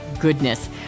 goodness